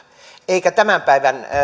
eikä tämän päivän